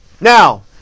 Now